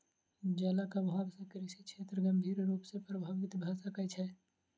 जलक अभाव से कृषि क्षेत्र गंभीर रूप सॅ प्रभावित भ सकै छै